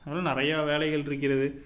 அதெல்லாம் நிறைய வேலைகளிருக்கிறது